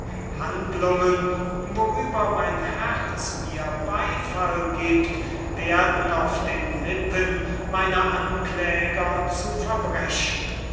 handlungen worüber mein herz mir beifall gibt werden auf den lippen meiner ankläger zu verbrechen